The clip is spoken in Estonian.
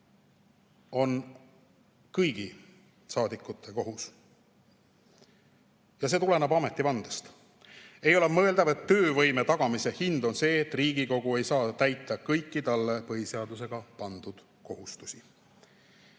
on kõigi saadikute kohustus, see tuleneb ametivandest. Ei ole mõeldav, et töövõime tagamise hind on see, et Riigikogu ei saa täita kõiki talle põhiseadusega pandud kohustusi.